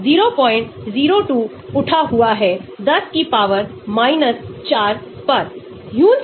sigma electronic प्रतिस्थापन है सकारात्मक सिग्मा सकारात्मक piयह नकारात्मक सिग्मा नकारात्मक pi है